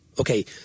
okay